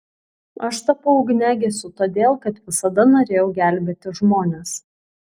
aš tapau ugniagesiu todėl kad visada norėjau gelbėti žmones